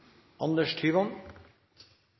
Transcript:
Anders